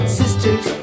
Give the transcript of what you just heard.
sisters